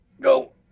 Go